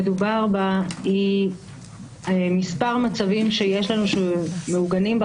אני רוצה להבין האם זה מה שהחוק אומר?